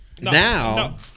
now